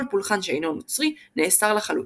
כל פולחן שאינו נוצרי נאסר לחלוטין.